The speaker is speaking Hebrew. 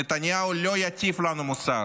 נתניהו לא יטיף לנו מוסר,